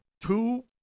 Two